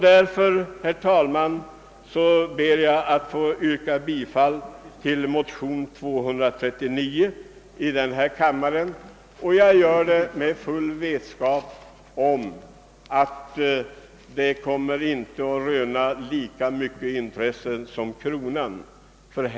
Därför, herr talman, ber jag att få yrka bifall till motionen nr 239 i denna kammare. Jag gör det med full vetskap om att det inte kommer att röna lika mycket intresse som frågan om kronan.